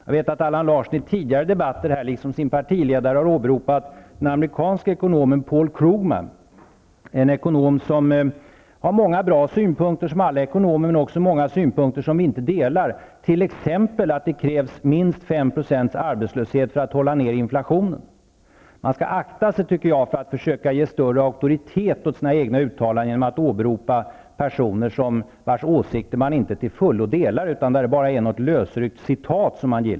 Jag vet att Allan Larsson i tidigare debatter liksom sin partiledare har åberopat den amerikanske ekonomen Paul Krugman. Denne har, liksom många ekonomer, en hel del bra synpunkter, men också många synpunkter som vi inte delar, t.ex. att det krävs minst 5 % arbetslöshet för att hålla inflationen nere. Jag tycker att man skall akta sig för att ge större auktoritet åt sina egna uttalanden genom att åberopa personer vars åsikter man inte till fullo delar, utan bara i form av något slags lösryckta citat.